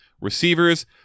receivers